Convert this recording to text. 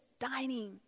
dining